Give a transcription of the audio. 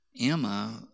Emma